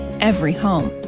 every home.